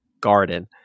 garden